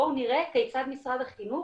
בואו נראה כיצד משרד החינוך,